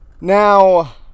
Now